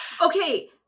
Okay